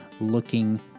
looking